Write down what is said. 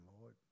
Lord